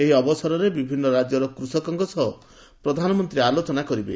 ଏହି ଅବସରରେ ବିଭିନ୍ନ ରାଜ୍ୟର କୃଷକଙ୍କ ସହ ପ୍ରଧାନମନ୍ତ୍ରୀ ଆଲୋଚନା କରିବେ